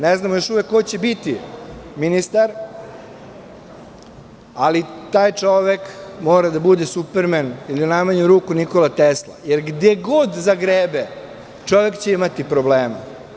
Ne znamo još uvek ko će biti ministar, ali taj čovek mora da bude supermen ili u najmanju ruku Nikola Tesla, jer gde god zagrebe, čovek će imati problema.